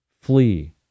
flee